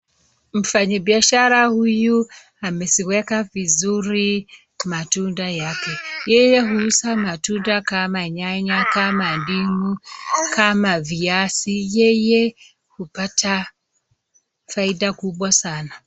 Mfanyibiashara huyu ameziweka vizuri matunda yake, pia huuza matunda kama nyanya ,kama dimu, kama viazi, yeye hupata faida kubwa sana.